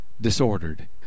disordered